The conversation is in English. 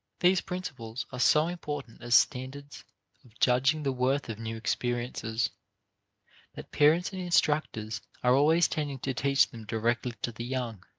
these principles are so important as standards of judging the worth of new experiences that parents and instructors are always tending to teach them directly to the young.